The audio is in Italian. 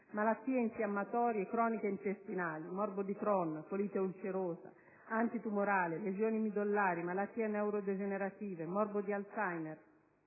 malattie infiammatorie croniche intestinali (morbo di Crohn, colite ulcerosa); tumorali; lesioni midollari; malattie neurodegenerative (morbo di Alzheimer,